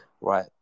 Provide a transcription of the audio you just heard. right